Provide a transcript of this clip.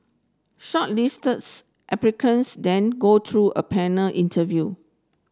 shortlists applicants then go through a panel interview